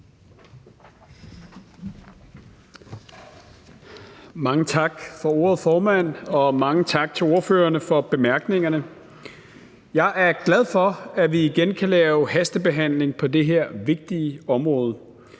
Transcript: Mange tak for ordet, formand, og mange tak til ordførerne for bemærkningerne. Jeg er glad for, at vi igen kan lave hastebehandling på det her vigtige område.